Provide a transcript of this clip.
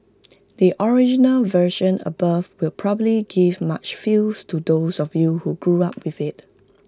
the original version above will probably give much feels to those of you who grew up with IT